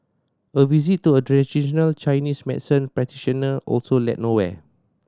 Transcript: a visit to a traditional Chinese medicine practitioner also led nowhere